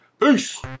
peace